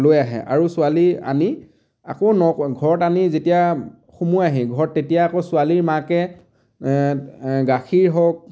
লৈ আহে আৰু ছোৱালী আনি আকৌ ন কৈ ঘৰত আনি যেতিয়া সোমোৱাইহি ঘৰত তেতিয়া আকৌ ছোৱালীৰ মাকে গাখীৰ হওক